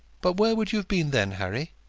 but where would you have been then, harry?